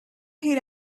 paid